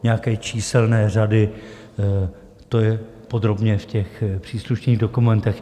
Nějaké číselné řady, to je podrobně v těch příslušných dokumentech.